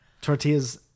Tortillas